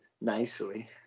nicely